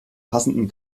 passenden